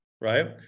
right